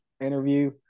interview